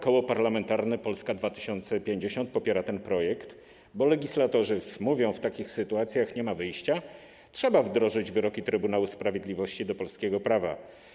Koło Parlamentarne Polska 2050 popiera ten projekt, bo legislatorzy mówią w takich sytuacjach: nie ma wyjścia, trzeba wdrożyć wyroki Trybunału Sprawiedliwości do polskiego prawa.